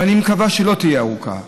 ואני מקווה שלא תהיה ארוכה,